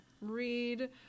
read